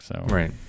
Right